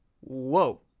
whoa